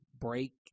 break